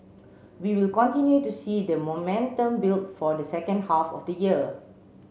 we will continue to see the momentum build for the second half of the year